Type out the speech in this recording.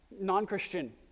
Non-Christian